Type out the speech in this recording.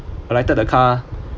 alighted the car